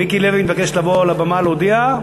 מיקי לוי מתבקש לבוא לבמה להודיע.